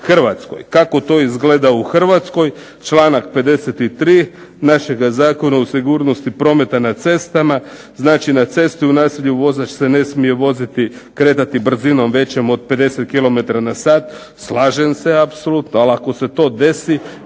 Kako to izgleda u Hrvatskoj članak 53. našega Zakona o sigurnosti prometa na cestama znači "na cesti u naselju vozač se ne smije kretati brzinom većom od 50 km na sat", slažem se apsolutno, ali ako se to desi.